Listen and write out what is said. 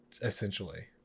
essentially